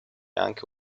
anche